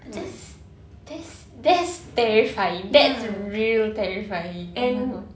that's that's that's terrifying that's real terrifying oh my god